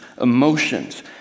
emotions